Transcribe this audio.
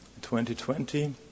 2020